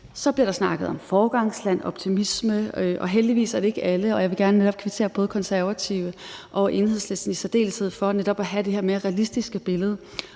bliver der snakket om foregangsland og optimisme. Heldigvis er det ikke alle, og jeg vil gerne kvittere De Konservative og i særdeleshed Enhedslisten for, at de netop har det her mere realistiske billede.